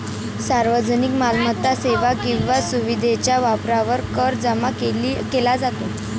सार्वजनिक मालमत्ता, सेवा किंवा सुविधेच्या वापरावर कर जमा केला जातो